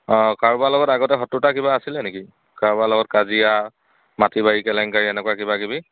অঁ কাৰোবাৰ লগত আগতে শত্ৰুতা কিবা আছিলে নেকি কাৰোবাৰ লগত কাজিয়া মাটি বাৰী কেলেংকাৰী এনেকুৱা কিবা কিবি